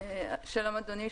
שלום אדוני,